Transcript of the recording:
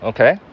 Okay